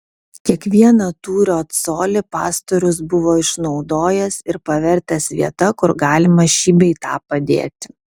kiekvieną tūrio colį pastorius buvo išnaudojęs ir pavertęs vieta kur galima šį bei tą padėti